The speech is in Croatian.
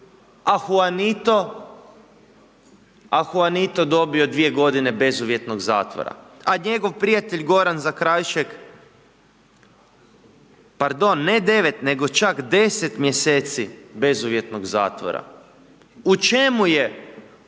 a Huanito je dobio dvije godine bezuvjetnog zatvora, a njegov prijatelj Goran Zakrajšek, pardon, ne 9, nego čak 10 mjeseci bezuvjetnog zatvora. U čemu je